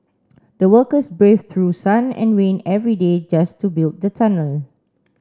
the workers braved through sun and rain every day just to build the tunnel